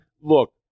Look